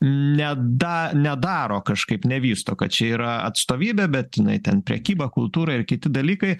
neda nedaro kažkaip nevysto kad čia yra atstovybė bet jinai ten prekyba kultūra ir kiti dalykai